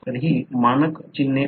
तर ही मानक चिन्हे आहेत